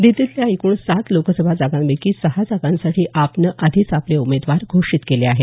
दिल्लीतल्या एकूण सात लोकसभा जागांपैकी सहा जागांसाठी आप नं आधीच आपले उमेदवार घोषित केले आहेत